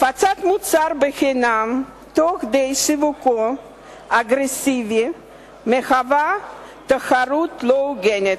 הפצת מוצר בחינם תוך כדי שיווקו האגרסיבי מהווה תחרות לא הוגנת.